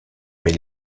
mais